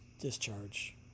discharge